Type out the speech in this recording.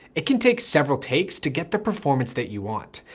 it can take several takes to get the performance that you want.